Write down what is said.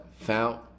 found